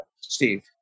Steve